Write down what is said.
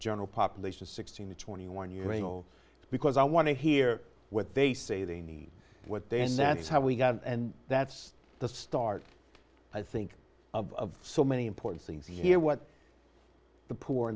general population sixteen to twenty one year you know because i want to hear what they say they need what they and that's how we got and that's the start i think of so many important things here what the poor